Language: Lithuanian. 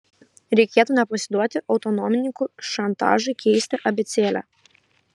reikėtų nepasiduoti autonomininkų šantažui keisti abėcėlę